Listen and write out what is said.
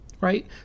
right